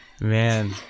Man